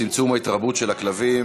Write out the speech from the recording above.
צמצום ההתרבות של כלבים).